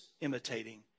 imitating